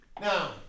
Now